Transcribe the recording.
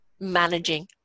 Managing